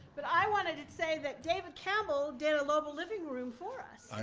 but i wanted to say that david campbell did a lobo living room for us.